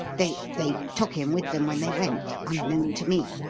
they they took him with them when they went, unknown to me.